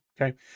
Okay